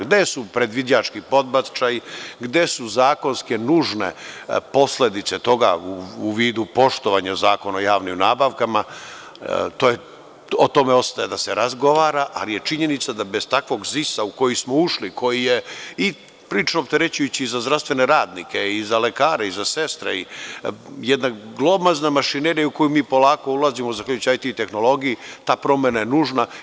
Gde su predviđački podbačaji, gde su zakonske nužne posledice toga u vidu poštovanja Zakona o javnim nabavkama, o tome ostaje da se razgovara, ali je činjenica da bez takvog ZIS u koji smo ušli, koji je prilično opterećujući za zdravstvene radnike i za lekare i za sestre, jedna glomazna mašinerija u koju mi polako ulazimo zahvaljujući IT tehnologiji, ta promena je nužna.